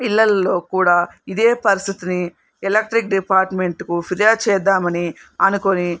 ఇళ్ళల్లో కూడా ఇదే పరిస్థితిని ఎలక్ట్రిక్ డిపార్ట్మెంట్కు ఫిర్యాదు చేద్దామని అనుకొని